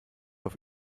auf